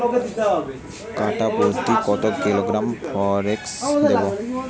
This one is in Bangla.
কাঠাপ্রতি কত কিলোগ্রাম ফরেক্স দেবো?